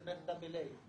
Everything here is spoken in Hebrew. זה בערך AA בישראל.